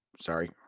sorry